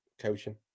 coaching